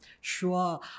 Sure